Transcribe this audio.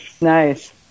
Nice